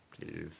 Please